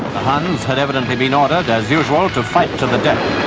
huns had evidently been ordered as usual to fight to the death.